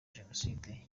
jenoside